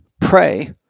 pray